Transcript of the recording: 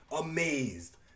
amazed